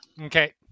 Okay